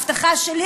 הבטחה שלי,